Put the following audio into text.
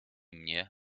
mnie